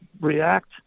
react